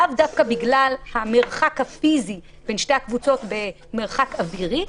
לאו דווקא בגלל המרחק הפיזי בין שתי הקבוצות במרחק אווירי,